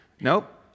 Nope